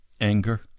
anger